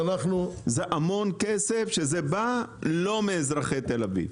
זה המון כסף שבא לא מאזרחי תל אביב.